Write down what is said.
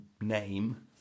name